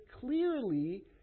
clearly